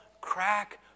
Crack